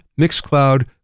Mixcloud